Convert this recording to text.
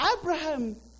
Abraham